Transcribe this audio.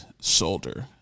shoulder